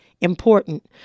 important